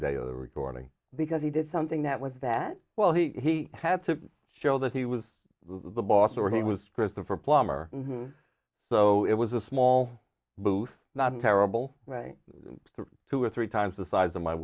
day of the recording because he did something that was that well he had to show that he was the boss or he was christopher plummer so it was a small booth not terrible right through two or three times the size of my